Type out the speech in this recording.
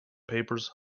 papers